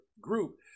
group